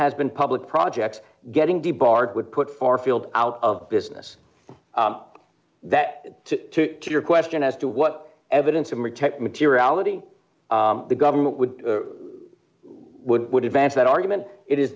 has been public projects getting the bard would put our field out of business that to your question as to what evidence of ritek materiality the government would would would advance that argument it is